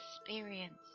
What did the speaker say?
experience